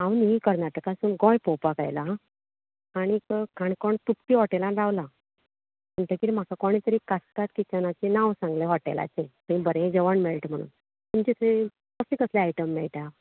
हांव न्ही कर्नाटकासून गोंय पळोवपाक आयलां हा आनीक काणकोण कुट्टी हॉटेलान रावलां म्हणटगीर म्हाका कोणे तरी कास्ताद किचनाचे सांगलां हॉटेलाचे थंय बरें जेवण मेळटा म्हणून तुमच्या थंय कसलें कसलें आयटम मेळटा